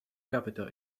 capita